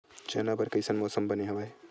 चना बर कइसन मौसम बने हवय?